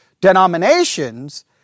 denominations